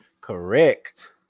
Correct